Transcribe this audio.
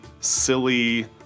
silly